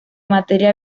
materia